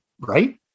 right